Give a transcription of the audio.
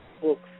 books